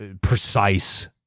precise